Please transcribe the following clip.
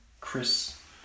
Chris